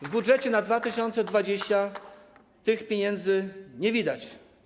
W budżecie na 2022 r. tych pieniędzy nie widać.